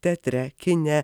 teatre kine